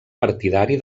partidari